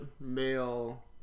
male